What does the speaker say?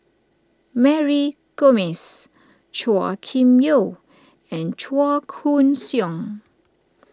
Mary Gomes Chua Kim Yeow and Chua Koon Siong